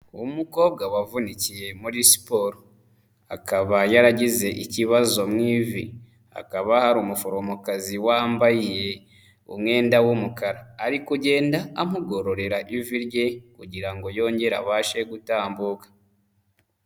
Umukobwa wavunikiye muri siporo, akaba yaragize ikibazo mu ivi, hakaba hari umuforomokazi wambaye umwenda w'umukara, arikugenda amugororera ivi rye kugira ngo yongere abashe gutambuka.